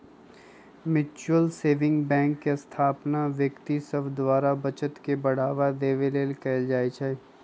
mutual saving bank के स्थापना व्यक्ति सभ द्वारा बचत के बढ़ावा देबे लेल कयल जाइ छइ